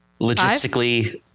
Logistically